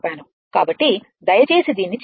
కాబట్టి దయచేసి దీన్ని చేయండి